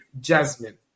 Jasmine